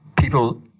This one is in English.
people